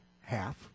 half